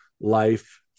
life